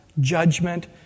judgment